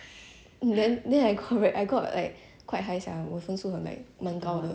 and then then I correct I got like quite high sia 我分数很 like 蛮高的